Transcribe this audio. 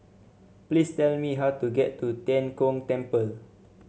please tell me how to get to Tian Kong Temple